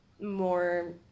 more